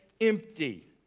empty